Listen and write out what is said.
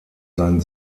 sein